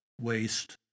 waste